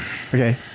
Okay